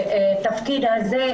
לתפקיד הזה,